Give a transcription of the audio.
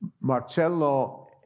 Marcello